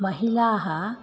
महिलाः